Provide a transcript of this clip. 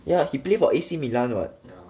yeah he play for A_C Milan [what]